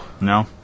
No